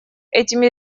этими